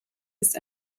ist